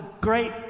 great